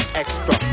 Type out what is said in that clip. extra